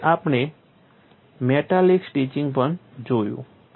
પછી આપણે metallic stitching પણ જોયું